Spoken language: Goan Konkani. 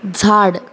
झाड